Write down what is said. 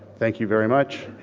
thank you very much,